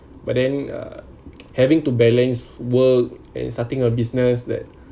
but then uh having to balance work and starting a business that